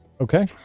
Okay